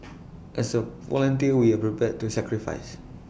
as A volunteer we are prepared to sacrifice